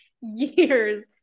years